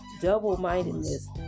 double-mindedness